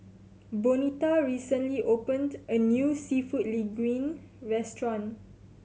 Bonita recently opened a new Seafood Linguine Restaurant